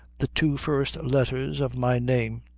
the two first letthers of my name.